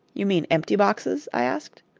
you mean empty boxes? i asked.